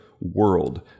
world